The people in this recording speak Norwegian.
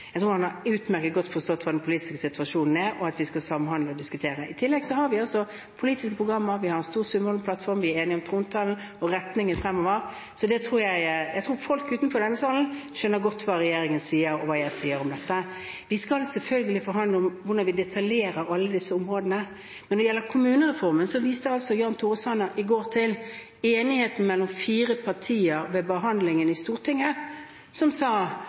Jeg tror han utmerket godt har forstått hva den politiske situasjonen er, og at vi skal samhandle og diskutere. I tillegg har vi politiske programmer, vi har en stor Sundvolden-plattform, vi er enige om trontalen og retningen fremover. Så jeg tror at folk utenfor denne salen skjønner godt hva regjeringen sier, og hva jeg sier om dette. Vi skal selvfølgelig forhandle om hvordan vi detaljerer alle disse områdene. Når det gjelder kommunereformen, viste Jan Tore Sanner i går til enigheten mellom fire partier ved behandlingen i Stortinget som sa